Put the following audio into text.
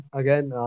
again